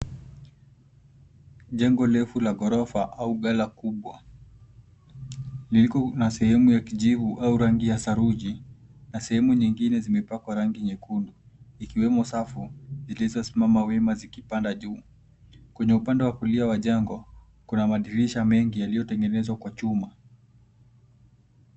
Jengo refu la gorofa au bela kubwa liko na sehemu ya kijivu au rangi ya saruji na sehemu nyingine zimepangwa rangi nyekundu ikiwemo safu zilizosimama wima zikipanda juu. Kwenye upande wa kulia wa jengo, kuna madirisha mengi yaliyotengenezwa kwa chuma.